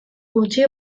gutxi